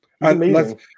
Amazing